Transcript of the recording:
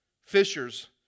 fishers